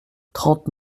trente